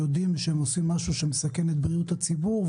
הוא להשוות את הרגולציה האירופית לרגולציה במדינת ישראל.